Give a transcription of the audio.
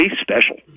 special